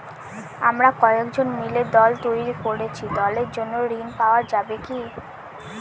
আমরা কয়েকজন মিলে দল তৈরি করেছি দলের জন্য ঋণ পাওয়া যাবে কি?